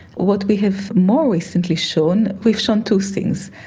what we have more recently shown, we've shown two things,